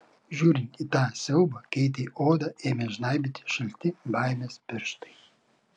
žiūrint į tą siaubą keitei odą ėmė žnaibyti šalti baimės pirštai